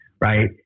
right